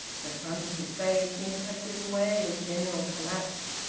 the front of his face seemed to have given way in general collapse.